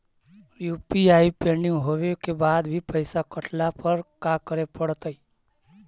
UPI pending होवे के बाद भी पैसा कटला पर का करे पड़तई?